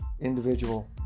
individual